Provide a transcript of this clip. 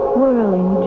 whirling